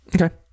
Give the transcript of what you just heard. Okay